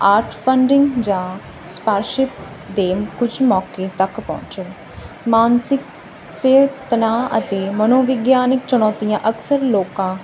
art funding ਜਾਂ ਸਿਪਾਰਸ਼ਿਪ ਦੇ ਕੁਛ ਮੌਕਿਆਂ ਤੱਕ ਪਹੁੰਚੋ ਮਾਨਸਿਕ ਸਿਹਤ ਤਣਾਅ ਅਤੇ ਮਨੋਵਿਗਿਆਨਿਕ ਚੁਣੌਤੀਆਂ ਅਕਸਰ ਲੋਕਾਂ